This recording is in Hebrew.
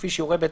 כפי שיורה בית